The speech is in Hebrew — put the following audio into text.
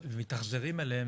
מתאכזרים אליהם,